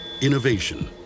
Innovation